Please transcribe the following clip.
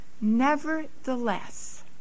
nevertheless